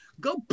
go